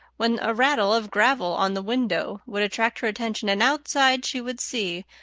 when a rattle of gravel on the window would attract her attention, and outside she would see,